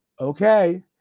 Okay